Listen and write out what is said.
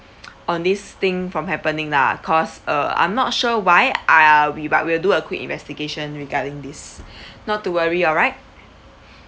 on this thing from happening lah cause uh I'm not sure why ah we but we'll do a quick investigation regarding this not to worry alright